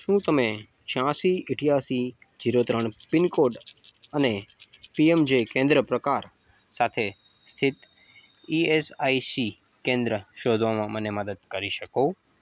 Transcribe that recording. શું તમે છ્યાંસી અઠ્યાસી ઝીરો ત્રણ પિનકોડ અને પી એમ જે કેન્દ્ર પ્રકાર સાથે સ્થિત ઇ એસ આઇ સી કેન્દ્ર શોધવામાં મને મદદ કરી શકો